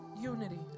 unity